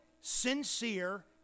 sincere